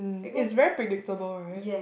it's very predictable right